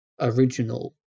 original